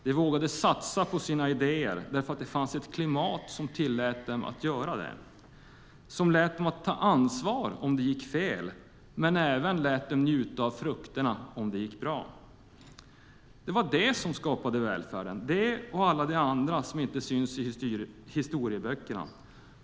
De vågade satsa på sina idéer därför att det fanns ett klimat som tillät dem att göra det, som lät dem ta ansvar om det gick fel men som även lät dem njuta frukterna om det gick bra. De som skapade välfärden var dessa personer och alla andra som inte syns i historieböckerna.